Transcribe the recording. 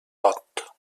vot